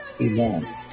amen